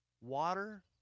water